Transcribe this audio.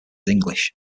english